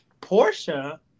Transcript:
Portia